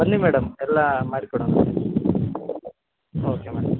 ಬನ್ನಿ ಮೇಡಮ್ ಎಲ್ಲ ಮಾಡಿ ಕೊಡೋಣ ಓಕೆ ಮೇಡಮ್